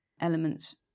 elements